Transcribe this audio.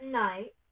night